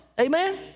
Amen